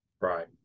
Right